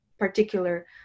particular